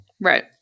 Right